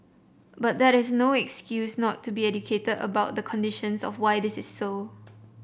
but that is no excuse not to be educated about the conditions of why this is so